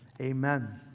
amen